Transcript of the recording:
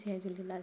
Jay Jhulelal